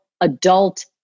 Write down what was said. adult